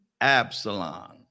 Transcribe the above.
Absalom